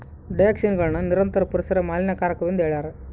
ಡಯಾಕ್ಸಿನ್ಗಳನ್ನು ನಿರಂತರ ಪರಿಸರ ಮಾಲಿನ್ಯಕಾರಕವೆಂದು ಹೇಳ್ಯಾರ